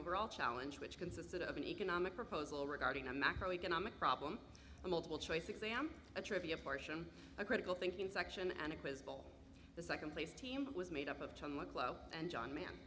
overall challenge which consisted of an economic proposal regarding a macroeconomic problem a multiple choice exam a trivia portion a critical thinking section and a quiz bowl the second place team was made up of glo and john man